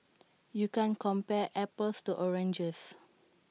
you can't compare apples to oranges